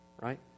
right